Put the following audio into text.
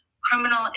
Criminal